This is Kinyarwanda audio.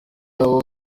abo